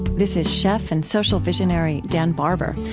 this is chef and social visionary dan barber.